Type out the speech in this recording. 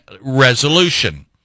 resolution